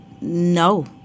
No